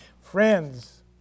friends